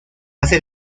hace